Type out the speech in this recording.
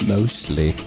Mostly